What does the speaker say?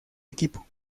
equipo